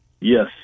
Yes